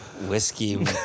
Whiskey